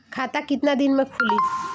खाता कितना दिन में खुलि?